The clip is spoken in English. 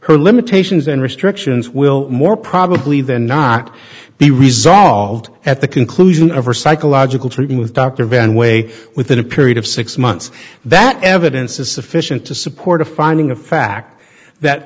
her limitations and restrictions will more probably than not be resolved at the conclusion of her psychological training with dr van way within a period of six months that evidence is sufficient to support a finding of fact that